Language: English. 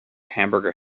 hamburger